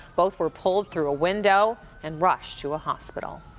both were pulled through a window and rushed to a hospital.